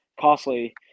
costly